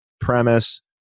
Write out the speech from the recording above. premise